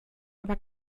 aber